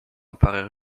apparaît